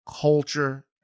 culture